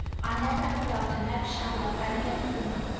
i never have loved and never shall love any other woman.